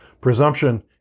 Presumption